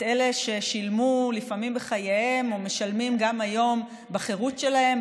את אלה ששילמו לפעמים בחייהם ומשלמים גם היום בחירות שלהם,